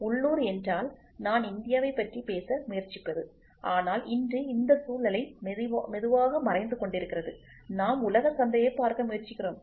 உள்ளூர் என்றால் நான் இந்தியாவைப் பற்றி பேச முயற்சிப்பது ஆனால் இன்று இந்த சூழ்நிலை மெதுவாக மறைந்து கொண்டிருக்கிறது நாம் உலக சந்தையைப் பார்க்க முயற்சிக்கிறோம்